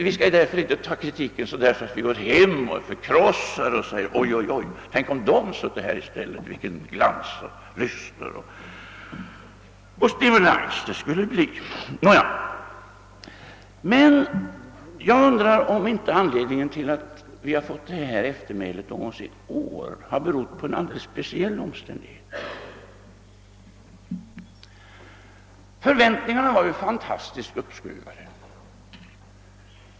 Vi skall därför inte ta kritiken så hårt att vi går hem och är förkrossade och säger: Ojojoj, tänk om de sutte här i stället — vilken glans och lyster och stimulans de skulle ge debatten! Men jag undrar om inte det förhållandet att vi har fått detta eftermäle just i år beror på en alldeles speciell omständighet. Förväntningarna var ju fantastiskt uppskruvade.